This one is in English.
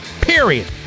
Period